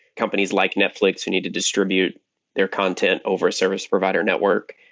companies like netflix who need to distribute their content over a service provider network.